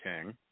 King